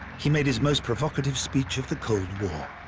he made his most provocative speech of the cold